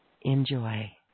Enjoy